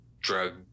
drug